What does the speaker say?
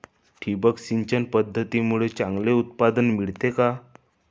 ठिबक सिंचन पद्धतीमुळे चांगले उत्पादन मिळते का?